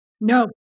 No